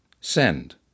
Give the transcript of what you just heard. send